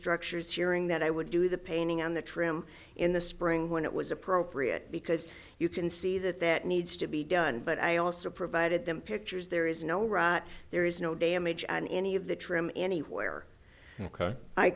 structures hearing that i would do the painting on the trim in the spring when it was appropriate because you can see that that needs to be done but i also provided them pictures there is no rot there is no damage and any of the trim anywhere i